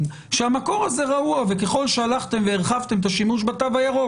שהמקור הזה רעוע וככל שהלכתם והרחבתם את השימוש בתלו הירוק,